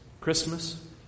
Christmas